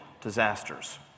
disasters